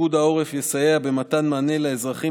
פיקוד העורף יסייע במתן מענה לאזרחים